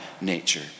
nature